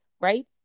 right